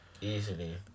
Easily